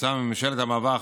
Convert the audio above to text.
בשל מממשלת המעבר,